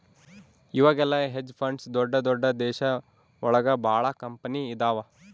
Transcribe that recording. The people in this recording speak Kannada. ಇವಾಗೆಲ್ಲ ಹೆಜ್ ಫಂಡ್ಸ್ ದೊಡ್ದ ದೊಡ್ದ ದೇಶ ಒಳಗ ಭಾಳ ಕಂಪನಿ ಇದಾವ